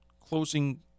closing